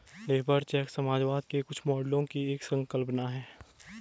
labour check समाजवाद के कुछ मॉडलों की एक संकल्पना है